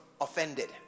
offended